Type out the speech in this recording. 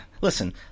listen